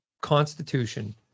constitution